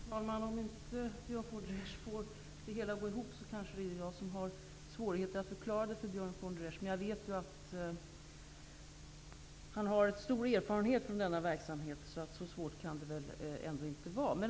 Fru talman! Om inte Björn von der Esch får det hela att gå ihop kanske det är jag som har svårigheter att förklara för honom. Jag vet att han har stor erfarenhet från denna verksamhet, och så svårt kan det ändå inte vara.